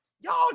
y'all